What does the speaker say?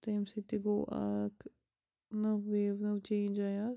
تَمہِ سۭتۍ تہِ گوٚو اَکھ نٔو ویو نٔو چینٛج آیہِ آز